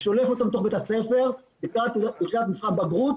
שולף אותו מתוך בית הספר לקראת מבחן בגרות,